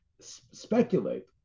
speculate